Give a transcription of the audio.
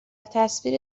تصویر